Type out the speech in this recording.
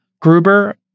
gruber